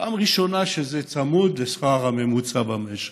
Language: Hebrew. פעם ראשונה זה צמוד לשכר הממוצע במשק,